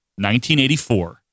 1984